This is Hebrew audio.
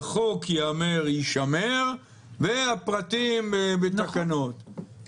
בחוק ייאמר ישמר, והפרטים בתקנות --- אין תקנות.